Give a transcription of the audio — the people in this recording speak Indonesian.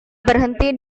berhenti